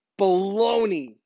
baloney